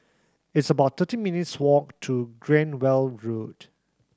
it's about thirteen minutes' walk to Cranwell Road